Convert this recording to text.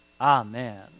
Amen